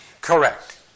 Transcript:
Correct